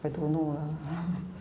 I don't know lah